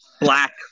black